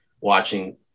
watching